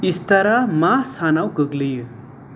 इस्टारा मा सानाव गोग्लैयो